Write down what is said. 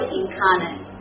incarnate